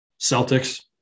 Celtics